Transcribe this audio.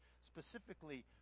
specifically